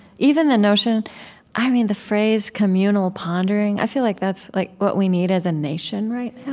even the notion i mean, the phrase communal pondering, i feel like that's like what we need as a nation right now.